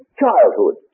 childhood